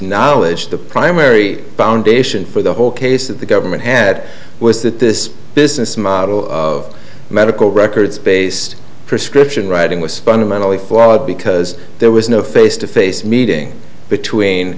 knowledge the primary foundation for the whole case that the government had was that this business model of medical records based prescription writing was fundamentally flawed because there was no face to face meeting between